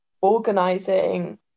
organizing